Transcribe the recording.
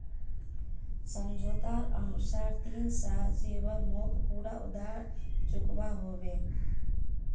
समझोतार अनुसार तीन साल शिवम मोक पूरा उधार चुकवा होबे